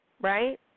right